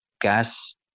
gas